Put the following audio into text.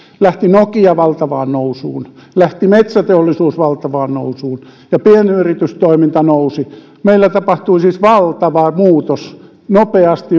lähti nokia valtavaan nousuun lähti metsäteollisuus valtavaan nousuun ja pienyritystoiminta nousi meillä tapahtui siis valtava muutos nopeasti